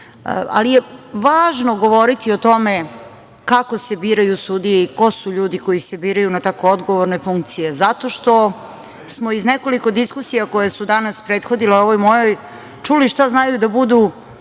je govoriti o tome kako se biraju sudije i ko su ljudi koji se biraju na tako odgovorne funkcije zato što smo iz nekoliko diskusija koje su danas prethodile ovoj mojoj, čuli šta znaju da budu